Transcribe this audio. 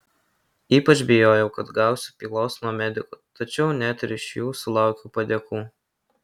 ypač bijojau kad gausiu pylos nuo medikų tačiau net ir iš jų sulaukiau padėkų